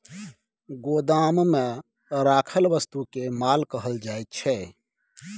गोदाममे राखल वस्तुकेँ माल कहल जाइत छै